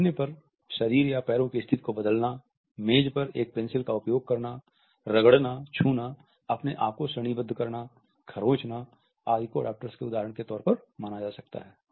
बैठने पर शरीर या पैरों की स्थिति को बदलना मेज पर एक पेंसिल का उपयोग करना रगड़ना छूना अपने आप को श्रेणीबद्ध करना खरोंचना आदि को अडॉप्टर्स के उदाहरण के तौर पर माना जा सकता है